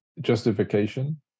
justification